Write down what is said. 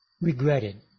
regretted